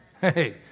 Hey